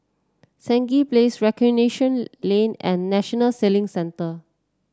Stangee Place Recreation Lane and National Sailing Centre